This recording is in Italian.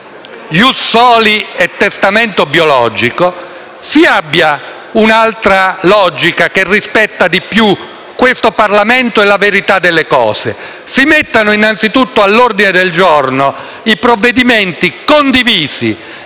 *ius soli* e testamento biologico, si applichi un'altra logica che rispetti di più questo Parlamento e la verità delle cose. Pertanto, si mettano innanzitutto all'ordine del giorno i provvedimenti condivisi,